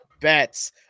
bets